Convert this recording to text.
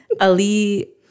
Ali